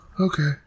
Okay